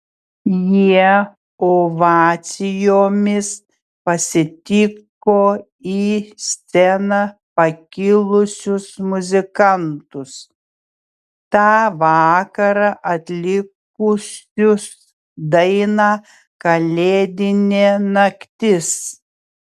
jie ovacijomis pasitiko į sceną pakilusius muzikantus tą vakarą atlikusius dainą kalėdinė naktis